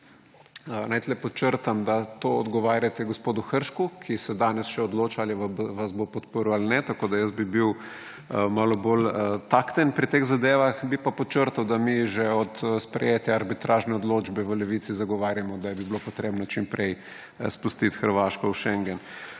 naj tu podčrtam, da to odgovarjate gospodu Hršaku, ki se danes še odloča, ali vas bo podprl ali ne, tako da bi bil jaz malo bolj takten pri teh zadevah, bi pa podčrtal, da mi že od sprejetja arbitražne odločbe v Levici zagovarjamo, da bi bilo potrebno čim prej spustiti Hrvaško v schengen.